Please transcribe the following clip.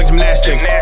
gymnastics